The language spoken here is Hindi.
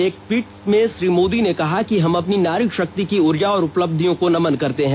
एक ट्वीट में श्री मोदी ने कहा कि हम अपनी नारी शक्ति की ऊर्जा और उपलब्धियों को नमन करते हैं